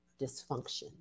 dysfunction